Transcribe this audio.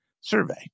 survey